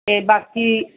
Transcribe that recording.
ਅਤੇ ਬਾਕੀ